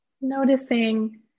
noticing